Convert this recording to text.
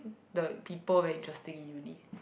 the people very interesting in uni